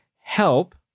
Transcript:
help